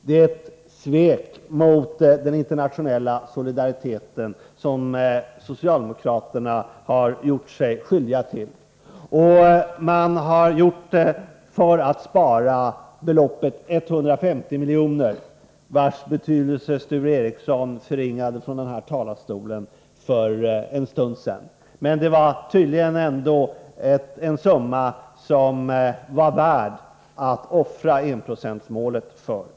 Det är ett svek mot den internationella solidariteten som socialdemokraterna har gjort sig skyldiga till. De har gjort det för att spara beloppet 150 milj.kr., vars betydelse Sture Ericson för en stund sedan förringade från denna talarstol. Men tydligen var det ändå en summa som socialdemokraterna var beredda att offra enprocentsmålet för.